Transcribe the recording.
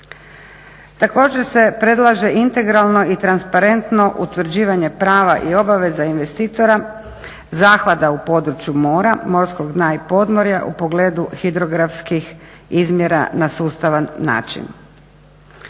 Također se predlaže integralno i transparentno utvrđivanje prava i obaveza investitora, zahvata u području mora, morskog dna i podmorja u pogledu hidrografskih izmjera na sustavan način.